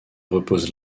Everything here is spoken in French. repose